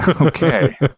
Okay